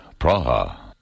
Praha